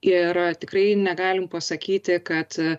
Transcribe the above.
ir tikrai negalim pasakyti kad